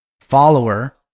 follower